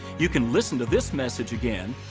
you can listen to this message again,